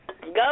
Go